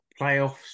playoffs